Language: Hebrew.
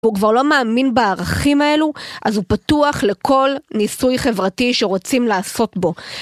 הוא כבר לא מאמין בערכים האלו, אז הוא פתוח לכל ניסוי חברתי שרוצים לעשות בו.